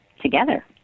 together